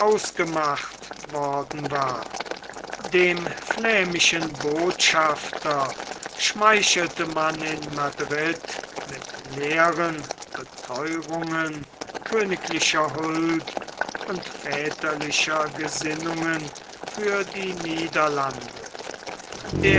ausgemacht worden war dem flämischen botschafter schmeichelte man in madrid mit leeren betheuerungen königlicher huld und väterlicher gesinnungen für die niederlande